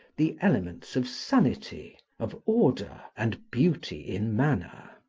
the elements of sanity, of order and beauty in manner.